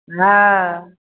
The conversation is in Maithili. हँ